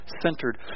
centered